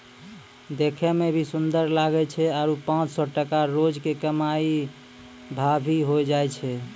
देखै मॅ भी सुन्दर लागै छै आरो पांच सौ टका रोज के कमाई भा भी होय जाय छै